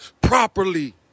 properly